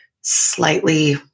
slightly